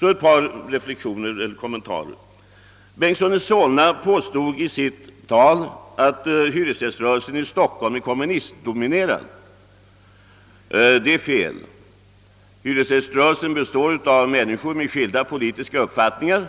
Jag vill något kommentera tidigare anföranden. Herr Bengtson i Solna påstod att hyresgäströrelsen i Stockholm är kommunistdominerad. Det är fel. Hyresgäströrelsens medlemmar är människor med skilda politiska uppfattningar.